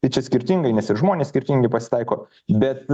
tai čia skirtingai nes ir žmonės skirtingi pasitaiko bet